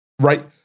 Right